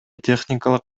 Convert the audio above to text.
техникалык